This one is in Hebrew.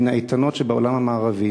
מן האיתנות שבעולם המערבי,